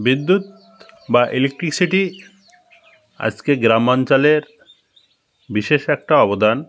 বিদ্যুৎ বা ইলেকট্রিসিটি আজকে গ্রাম অঞ্চলের বিশেষ একটা অবদান